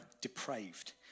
depraved